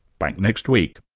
back next week